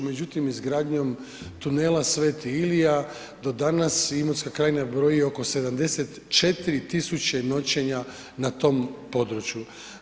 Međutim, izgradnjom tunela Sv. Ilija do danas Imotska krajina broji oko 74 000 noćenja na tom području.